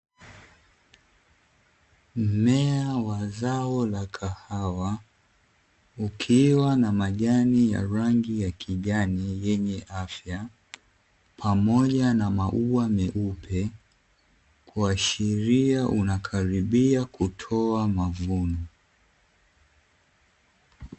Mmea wa zao la kahawa ukiwa na majani ya rangi ya kijani yenye afya pamoja na maua meupe, kuashiria unakaribia kutoa mavuno.